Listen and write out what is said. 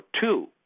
two